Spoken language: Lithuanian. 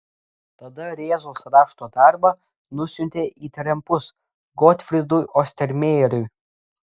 tada rėzos rašto darbą nusiuntė į trempus gotfrydui ostermejeriui